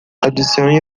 adicione